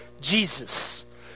Jesus